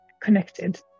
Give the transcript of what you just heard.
connected